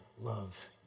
love